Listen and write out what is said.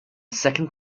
second